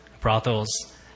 brothels